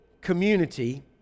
community